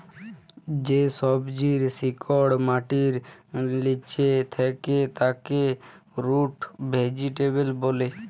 যে সবজির শিকড় মাটির লিচে থাক্যে তাকে রুট ভেজিটেবল ব্যলে